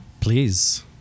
Please